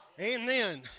Amen